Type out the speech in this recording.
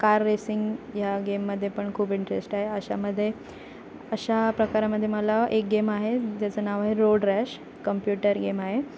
car racing ह्या गेममध्ये पण खूप इंटरेस्ट आहे अशामध्ये अशा प्रकारामध्ये मला एक गेम आहे ज्याचं नाव आहे रोड रॅश कंप्युटर गेम आहे